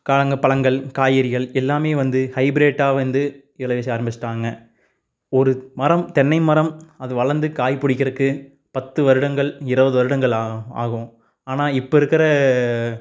கலங்கள் பழங்கள் காய்கறிகள் எல்லாமே வந்து ஹைபிரெட்டாக வந்து விளைவிக்க ஆரம்பிச்சுட்டாங்க ஒரு மரம் தென்னை மரம் அது வளர்ந்து காய் பிடிக்கிறதுக்கு பத்து வருடங்கள் இருபது வருடங்கள் ஆ ஆகும் ஆனால் இப்போ இருக்கிற